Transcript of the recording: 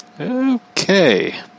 Okay